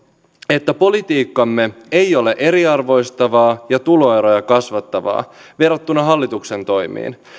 että politiikkamme ei ole eriarvoistavaa ja tuloeroja kasvattavaa verrattuna hallituksen toimiin